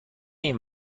این